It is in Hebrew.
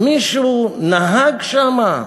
מישהו נהג שם?